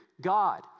God